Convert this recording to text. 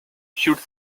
should